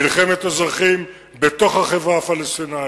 מלחמת אזרחים בתוך החברה הפלסטינית.